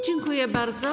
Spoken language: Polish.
Dziękuję bardzo.